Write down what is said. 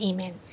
Amen